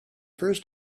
first